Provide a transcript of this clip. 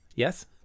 Yes